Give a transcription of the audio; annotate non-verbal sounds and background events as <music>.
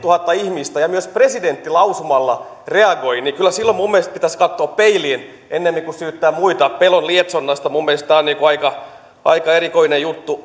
ihmistä ja myös presidentti lausumalla reagoivat niin kyllä silloin minun mielestäni pitäisi katsoa peiliin ennemmin kuin syyttää muita pelon lietsonnasta minun mielestäni tämä on aika aika erikoinen juttu <unintelligible>